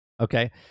Okay